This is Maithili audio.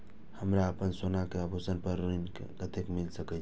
हमरा अपन सोना के आभूषण पर ऋण कते मिल सके छे?